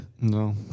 No